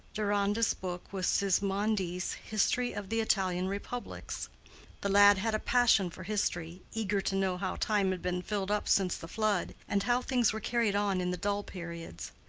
deronda's book was sismondi's history of the italian republics the lad had a passion for history, eager to know how time had been filled up since the flood, and how things were carried on in the dull periods.